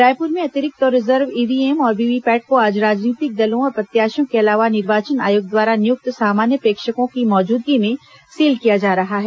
रायपुर में अतिरिक्त और रिजर्व ईव्हीएम तथा वीवीपैट को आज राजनीतिक दलों और प्रत्याशियों के अलावा निर्वाचन आयोग द्वारा नियुक्त सामान्य प्रेक्षकों की मौजूदगी में सील किया जा रहा है